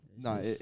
No